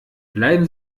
bleiben